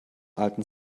alten